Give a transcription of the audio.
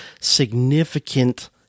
significant